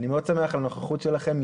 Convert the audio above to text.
אני מאוד שמח על הנוכחות שלכם,